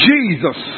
Jesus